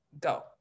go